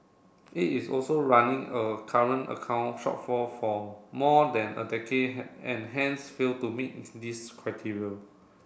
it is also running a current account shortfall for more than a decade and hence fail to meet this criteria